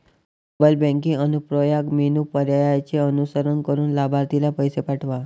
mobile banking अनुप्रयोगात menu पर्यायांचे अनुसरण करून लाभार्थीला पैसे पाठवा